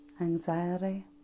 Anxiety